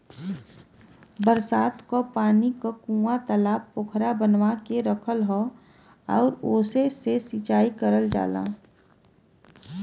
बरसात क पानी क कूंआ, तालाब पोखरा बनवा के रखल हौ आउर ओसे से सिंचाई करल जाला